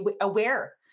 aware